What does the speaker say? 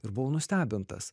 ir buvau nustebintas